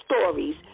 stories